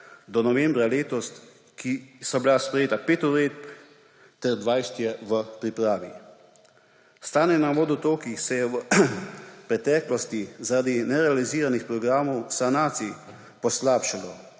do novembra letos, ki so bile sprejete za 5 uredb ter 20 jih je v pripravi. Stanje na vodotokih se je v preteklosti zaradi nerealiziranih programov sanacij poslabšalo,